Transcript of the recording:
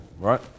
right